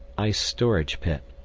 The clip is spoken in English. ice storage pit